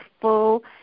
full